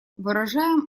выражаем